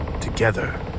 Together